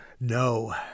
No